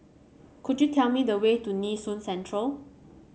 could you tell me the way to Nee Soon Central